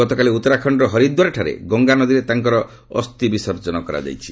ଗତକାଲି ଉତ୍ତରାଖଣ୍ଡର ହରିଦ୍ୱାରଠାରେ ଗଙ୍ଗାନଦୀରେ ତାଙ୍କର ଅସ୍ତିବିସର୍ଜନ କରାଯାଇଛି